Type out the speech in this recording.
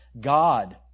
God